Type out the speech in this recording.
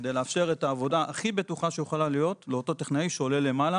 כדי לאפשר את העבודה הכי בטוחה שיכולה להיות לאותו טכנאי שעולה למעלה